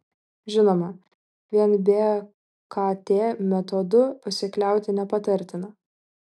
žinoma vien bkt metodu pasikliauti nepatartina